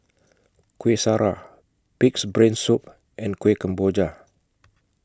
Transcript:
Kueh Syara Pig'S Brain Soup and Kuih Kemboja